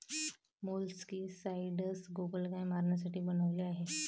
molluscicides गोगलगाय मारण्यासाठी बनवले गेले आहे